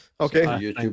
Okay